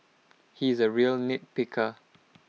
he is A real nitpicker